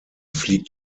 fliegt